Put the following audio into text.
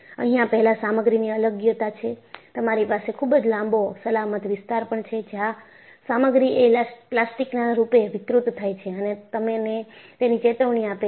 અહિયાં પહેલાં સામગ્રીની અલગ્યતા છે તમારી પાસે ખૂબ જ લાંબો સલામત વિસ્તાર પણ છે જ્યાં સામગ્રી એ પ્લાસ્ટિકના રૂપે વિકૃત થાય છે અને તમને તેની ચેતવણી આપે છે